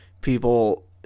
people